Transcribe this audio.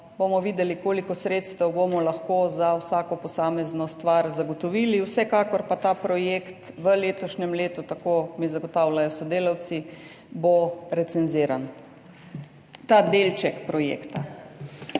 bomo videli, koliko sredstev bomo lahko za vsako posamezno stvar zagotovili, vsekakor pa bo ta delček projekta v letošnjem letu, tako mi zagotavljajo sodelavci, recenziran. **PODPREDSEDNICA